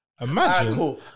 Imagine